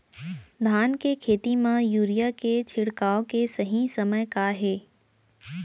धान के खेती मा यूरिया के छिड़काओ के सही समय का हे?